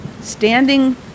standing